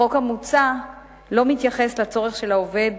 החוק המוצע לא מתייחס לצורך של העובד